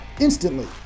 instantly